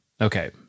Okay